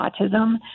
autism